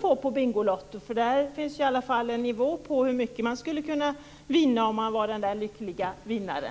få på Bingolotto. Där finns det i alla fall uppgifter om nivån för hur mycket man kan vinna om man är den lycklige vinnaren.